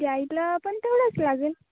गाईडला पण तेवढंच लागंल